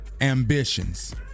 Ambitions